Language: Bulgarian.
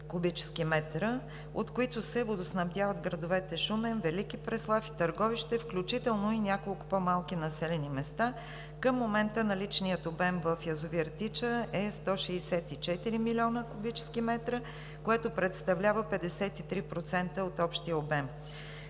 от които се водоснабдяват градовете Шумен, Велики Преслав и Търговище, включително и няколко по-малки населени места. Към момента наличният обем в язовир „Тича“ е 164 милиона кубически метра, което представлява 53% от общия обем.